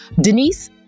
Denise